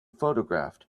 photographed